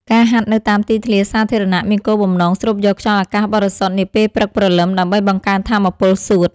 ការហាត់នៅតាមទីធ្លាសាធារណៈមានគោលបំណងស្រូបយកខ្យល់អាកាសបរិសុទ្ធនាពេលព្រឹកព្រលឹមដើម្បីបង្កើនថាមពលសួត។